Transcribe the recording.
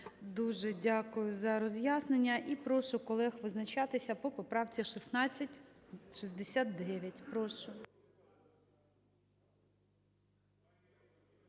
Дуже дякую за роз'яснення. І прошу колег визначатися по поправці 1669, прошу.